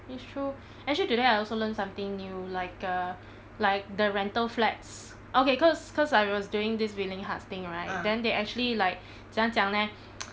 it's true actually today I also learn something new like err like the rental flats okay cause cause I was doing this willing heart thing right then they actually like 怎样讲 leh